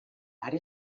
are